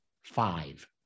five